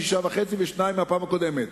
6.5% ועוד 2% מהפעם הקודמת.